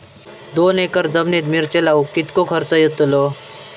दोन एकर जमिनीत मिरचे लाऊक कितको खर्च यातलो?